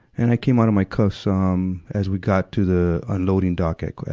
and i came out of my cuffs, um, as we got to the unloading dock at,